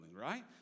right